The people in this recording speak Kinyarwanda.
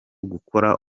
gukora